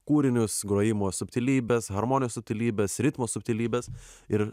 kūrinius grojimo subtilybes harmonijos subtilybes ritmo subtilybes ir